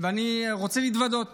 ואני רוצה להתוודות